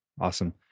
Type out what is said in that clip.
Awesome